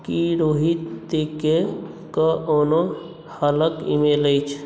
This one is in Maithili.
की रोहितके कोनो हालक ईमेल अछि